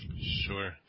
Sure